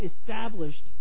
established